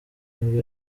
nibwo